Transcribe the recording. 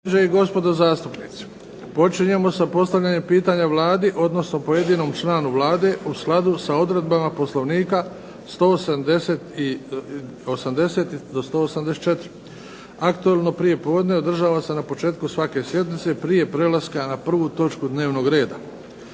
gospodo zastupnici, počinjemo sa postavljanjem pitanja Vladi, odnosno pojedinom članu Vlade u skladu sa odredbama Poslovnika 180. do 184. Aktuelno prijepodne održava se na početku svake sjednice prije prelaska na 1. točku dnevnog reda.